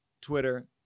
Twitter